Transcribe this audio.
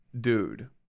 dude